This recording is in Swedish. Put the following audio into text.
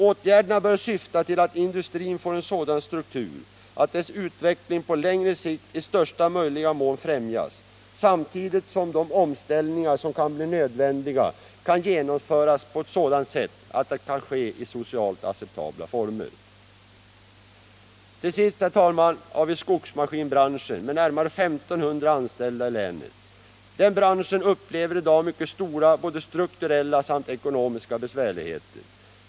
Åtgärderna bör syfta till att industrin får en sådan struktur att dess utveckling på längre sikt i största möjliga mån främjas samtidigt som de omställningar som kan bli nödvändiga kan genomföras på ett sådant sätt att de kan ske i socialt acceptabla former. Till sist, herr talman, har vi skogsmaskinbranschen med närmare 1 500 anställda i länet. Den branschen upplever i dag mycket stora strukturella och ekonomiska besvärligheter.